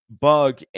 Bug